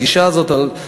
הגישה הזאת,